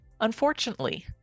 unfortunately